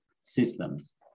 systems